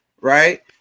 right